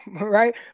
right